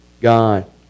God